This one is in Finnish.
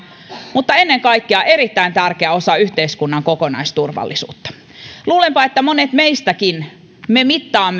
mutta ennen kaikkea erittäin tärkeä osa yhteiskunnan kokonaisturvallisuutta luulenpa että monet meistäkin mittaavat